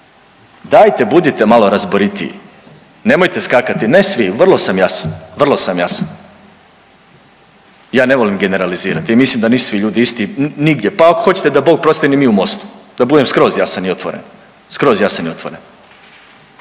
dajte budite malo razboritiji. Nemojte skakati ne svi, vrlo sam jasan, vrlo sam jasan, ja ne volim generalizirati i mislim da nisu svi ljudi isti nigdje pa ako hoćete da Bog prosti ni mi u MOST-u, da budem skroz jasan i otvoren, skroz jasan i otvoren.